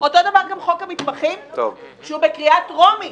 אותו דבר גם חוק המתמחים שהוא בקריאה טרומית